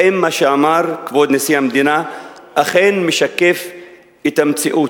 האם מה שאמר כבוד נשיא המדינה אכן משקף את המציאות?